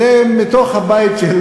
זה מתוך הבית.